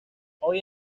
hoy